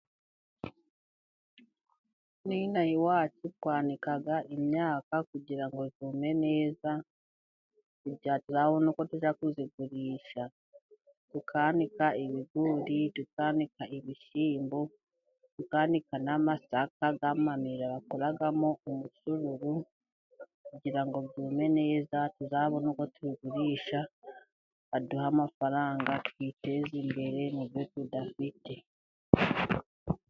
N'inaha iwacu twanika imyaka kugira ngo yume neza, kugira ngo tuzabone uko tujya kuyigurisha. Tukanika ibigori, tukanika ibishyimbo, tukanika n'amasaka y'amamera, bakuramo umusururu, kugira ngo byume neza, tuzabone uko tubigurisha baduhe amafaranga twiteze imbere mu byo tudafite.